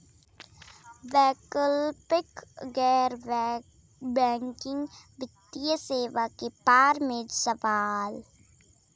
वैकल्पिक गैर बैकिंग वित्तीय सेवा के बार में सवाल?